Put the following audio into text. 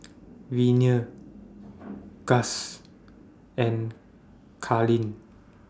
Venie Guss and Carleen